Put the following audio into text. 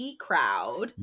crowd